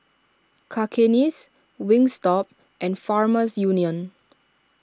Cakenis Wingstop and Farmers Union